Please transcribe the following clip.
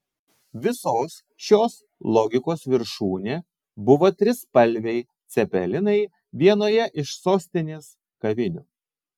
visos šios logikos viršūnė buvo trispalviai cepelinai vienoje iš sostinės kavinių